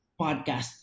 podcast